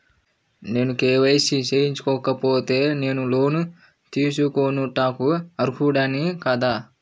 నేను కే.వై.సి చేయించుకోకపోతే నేను లోన్ తీసుకొనుటకు అర్హుడని కాదా?